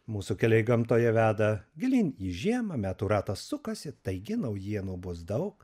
mūsų keliai gamtoje veda gilyn į žiemą metų ratas sukasi taigi naujienų bus daug